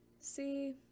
See